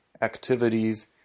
activities